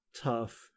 tough